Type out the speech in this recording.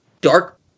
dark